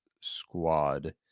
squad